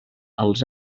als